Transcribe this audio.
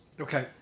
Okay